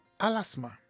alasma